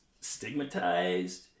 stigmatized